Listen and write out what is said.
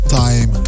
time